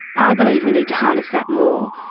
i believe we need to harness that more.